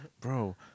Bro